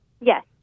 Yes